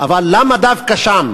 למה דווקא שם?